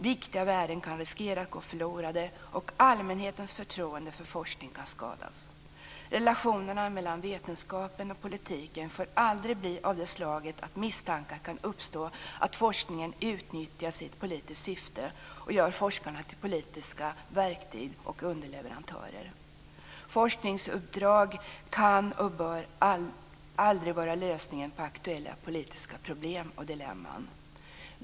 Viktiga värden kan riskera att gå förlorade och allmänhetens förtroende för forskning kan skadas. Relationen mellan vetenskapen och politiken får aldrig bli av det slaget att misstankar kan uppstå om att forskningen utnyttjas i politiskt syfte och gör forskarna till politiska verktyg och underleverantörer. Forskningsuppdrag kan och bör aldrig vara lösningen på aktuella politiska problem och dilemman.